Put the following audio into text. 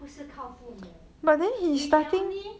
不是靠父母 we can only